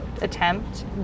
attempt